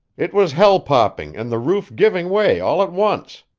it was hell popping and the roof giving way all at once.